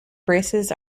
braces